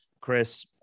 chris